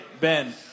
Ben